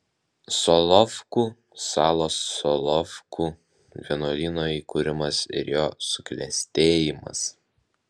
solovkų salos solovkų vienuolyno įkūrimas ir jo suklestėjimas